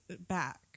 back